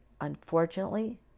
unfortunately